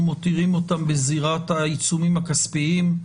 מותירים אותן בזירת העיצומים הכספיים,